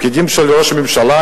פקידים של ראש הממשלה,